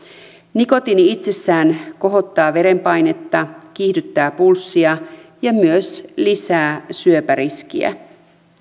nikotiini itsessään kohottaa verenpainetta kiihdyttää pulssia ja myös lisää syöpäriskiä